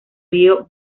río